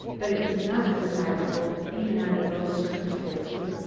but it was not desirable, even under those circumstances,